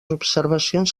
observacions